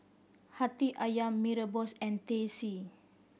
Hati Ayam Mee Rebus and Teh C